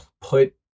put